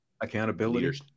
Accountability